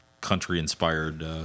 country-inspired